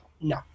no